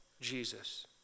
Jesus